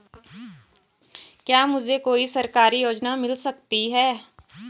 क्या मुझे कोई सरकारी योजना मिल सकती है?